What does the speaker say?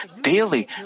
daily